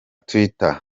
twitter